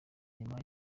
nyuma